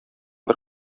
бер